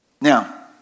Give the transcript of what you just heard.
Now